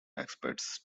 aspects